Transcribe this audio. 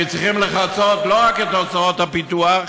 כי צריכים לכסות לא רק את הוצאות הפיתוח